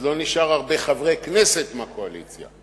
אז לא נשארו הרבה חברי כנסת מהקואליציה.